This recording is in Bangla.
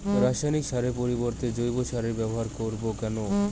রাসায়নিক সারের পরিবর্তে জৈব সারের ব্যবহার করব কেন?